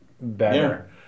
better